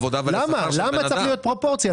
למרות שמדובר ביתום וכו',